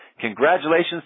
Congratulations